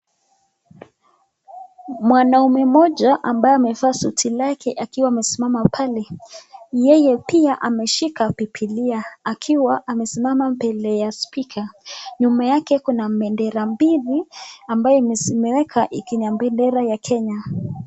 Mwanaume mmoja ambaye amevaa suti lake akiwa amesimama pale yeye pia ameshika bibilia akiwa amesimama mbele ya spika nyuma yake kuna bendera mbili ambayo imewekwa iko na bendera ya kenya.